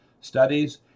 studies